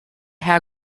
how